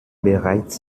bereits